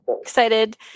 Excited